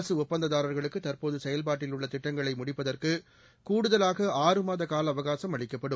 அரசு ஒப்பந்ததாரர்களுக்கு தற்போது செயல்பாட்டில் உள்ள திட்டங்களை முடிப்பதற்கு கூடுதலாக ஆறுமாத காலஅவகாசும் அளிக்கப்படும்